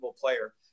player